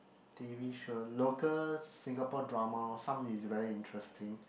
t_v show local Singapore drama some is very interesting